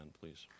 please